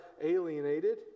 alienated